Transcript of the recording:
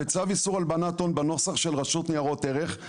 וצו איסור הלבנת הון בנוסח של הרשות לניירות ערך.